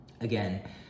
again